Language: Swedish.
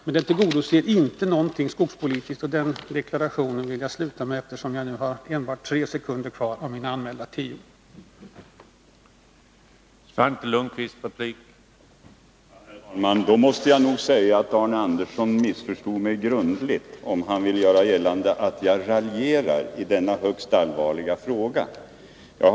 Med den deklarationen vill jag sluta, eftersom jag nu har endast tre sekunder kvar av den tid jag hade anmält mig för.